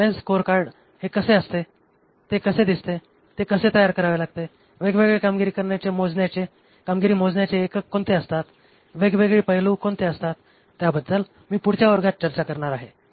तर balanced scorecard हे कसे असते ते कसे दिसते ते कसे तयार करावे लागते वेगवेगळे कामगिरी मोजण्याचे एकक कोणते असतात वेगवेगळे पैलू कोणते असतात त्याबद्दल मी पुढच्या वर्गात चर्चा करणार आहे